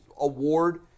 award